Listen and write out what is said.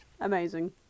Amazing